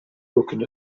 looking